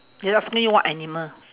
they ask me what animal